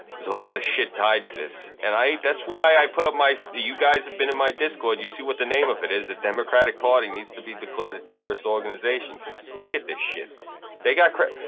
there's a lot of shit tied to this and i hate that's why i put up my you guys have been in my discord you see what the name of it is the democratic party needs to be declared a terrorist organization cuz look at this shit they got crap.